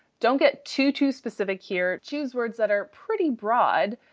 don't get too too specific here. choose words that are pretty broad,